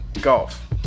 Golf